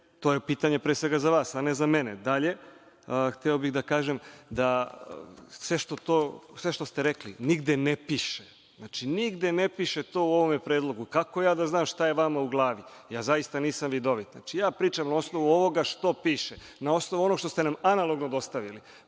To je pitanje pre svega za vas, a ne za mene. Dalje, sve što ste rekli, nigde ne piše. Znači, nigde ne piše to u ovome predlogu. Kako ja da znam šta je vama u glavi? Ja zaista nisam vidovit. Pričam samo na osnovu onoga što piše, na osnovu onoga što ste nam analogno dostavili.